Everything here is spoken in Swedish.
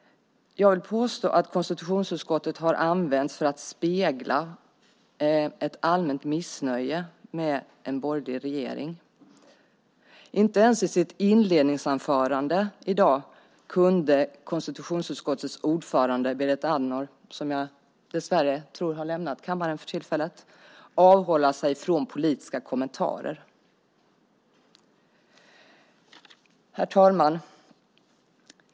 Jag vill påstå att konstitutionsutskottet har använts för att spegla ett allmänt missnöje med en borgerlig regering. Inte ens i sitt inledningsanförande i dag kunde konstitutionsutskottets ordförande, Berit Andnor - som jag tror har lämnat kammaren för tillfället - avhålla sig från politiska kommentarer. Herr talman!